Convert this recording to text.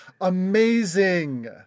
amazing